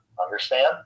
Understand